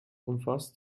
umfasst